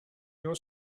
your